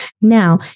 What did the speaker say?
Now